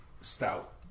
stout